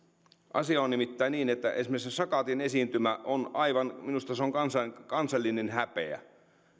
asia on nimittäin niin että esimerkiksi sakatin esiintymä on minusta aivan kansallinen häpeä